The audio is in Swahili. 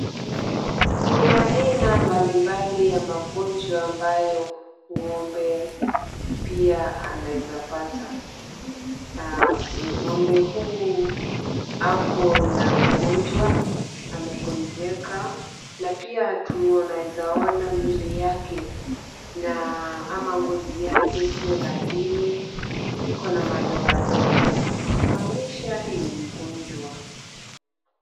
Kuna aina mbalimbali ya magonjwa ambayo ng'ombe pia anaeza pata. Ng'ombe huu ako na ugonjwa amegonjeka na pia tunaeza ona mwili yake ama ngozi yake sio laini ziko na madoadoa, kumaanisha ni mgonjwa.